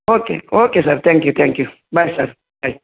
okay okay sir thank you thank you bye sir bye